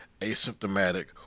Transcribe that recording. asymptomatic